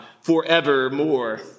forevermore